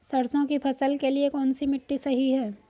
सरसों की फसल के लिए कौनसी मिट्टी सही हैं?